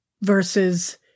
versus